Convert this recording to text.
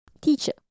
teacher